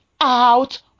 out